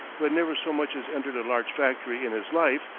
who had never so much as entered a large factory in his life,